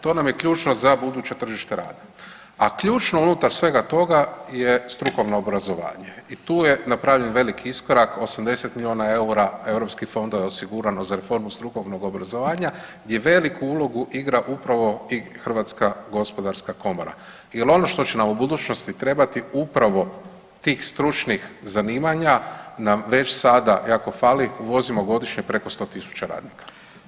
To nam je ključno za buduće tržište rada, a ključno unutar svega toga je strukovno obrazovanje i tu je napravljen veliki iskorak, 80 milijuna eura europskih fondova je osigurano za reformu strukovnog obrazovanja gdje veliku ulogu igra upravo i HGK jer ono što će nam u budućnosti trebati, upravo tih stručnih zanimanja nam već sada jako fali, uvozimo godišnje preko 100 tisuća radnika.